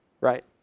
right